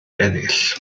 ennill